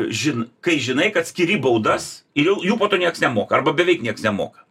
žin kai žinai kad skiri baudas ir jau jų po to nieks nemoka arba beveik nieks nemoka